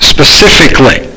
Specifically